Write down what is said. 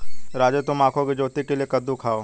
राजू तुम आंखों की ज्योति के लिए कद्दू खाओ